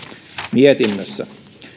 mietinnössä